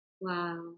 Wow